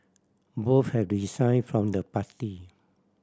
both have resign from the party